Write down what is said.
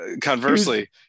conversely